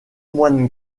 moines